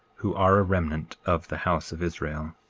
who are a remnant of the house of israel.